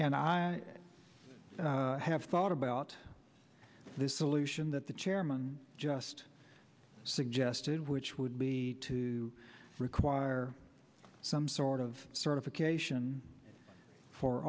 and i have thought about this solution that the chairman just suggested which would be to require some sort of certification for